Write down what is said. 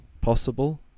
Possible